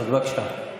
הינה,